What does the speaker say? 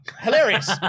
hilarious